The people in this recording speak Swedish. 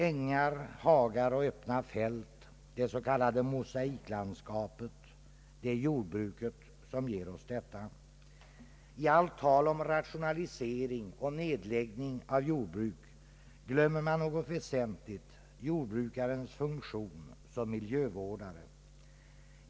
Ängar, hagar och öppna fält — det s.k. mosaiklandskapet — är det jordbruket som ger oss. I allt tal om rationalisering och nedläggning av jordbruk glömmer man något väsentligt: jordbrukarens funktion som miljövårdare.